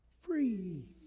free